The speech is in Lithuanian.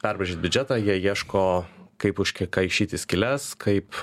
perbraižyt biudžetą jie ieško kaip užkaišyti skyles kaip